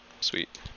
Sweet